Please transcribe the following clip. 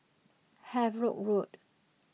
Havelock Road